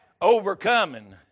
Overcoming